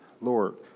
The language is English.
Lord